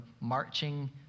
marching